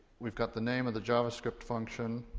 we've got the name of the javascript function,